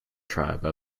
tribe